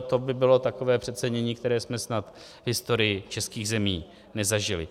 To by bylo takové přecenění, které jsme snad v historii českých zemí nezažili.